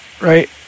right